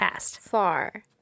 far